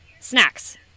snacks